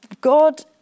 God